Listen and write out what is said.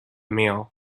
meal